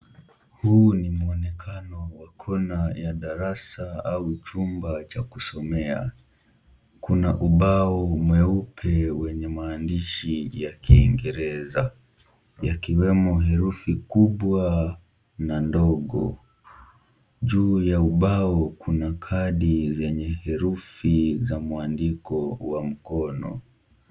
Huu ni mwonekano wa kona ya darasa au chumba cha kusomea. Kuna ubao mweupe wenye maandishi ya kiingereza yakiwemo herufi kubwa na ndogo. Juu ya ubao kuna kadi zenye herufi za mwandiko wa mkono.